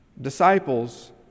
Disciples